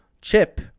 chip